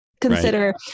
consider